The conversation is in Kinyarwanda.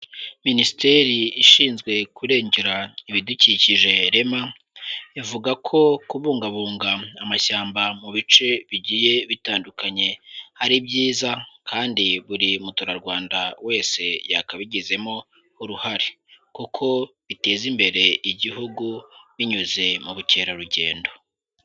Minisiteri ishinzwe kurengera ibidukikije rema, ivuga ko kubungabunga amashyamba mu bice bigiye bitandukanye ari byiza, kandi buri muturarwanda wese yakabigizemo uruhare, kuko biteza imbere igihugu binyuze mu bukerarugendo.